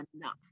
enough